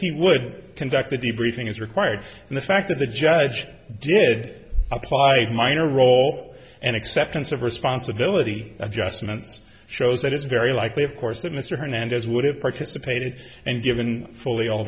he would conduct the debriefing as required and the fact that the judge did apply a minor role and acceptance of responsibility adjustment shows that it's very likely of course that mr hernandez would have participated and given fully all